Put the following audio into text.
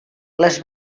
les